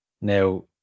Now